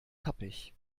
tappig